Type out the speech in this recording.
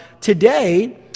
today